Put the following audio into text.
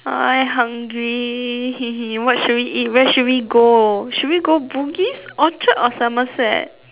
I hungry what should we eat where should we go should we go Bugis Orchard or Somerset